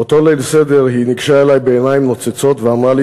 באותו ליל סדר היא ניגשה אלי בעיניים נוצצות ואמרה לי